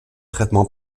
traitement